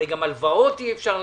הרי גם הלוואות אי אפשר לקחת.